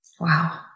Wow